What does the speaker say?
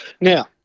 Now